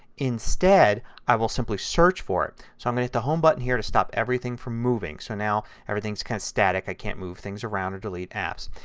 instead i will simply search for it. so i'm going to hit the home button here to stop everything from moving. so now everything is kind of static. i can't move things around or delete apps.